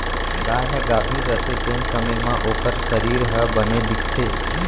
गाय ह गाभिन रथे तेन समे म ओकर सरीर ह बने दिखथे